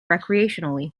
recreationally